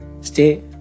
stay